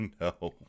no